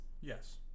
Yes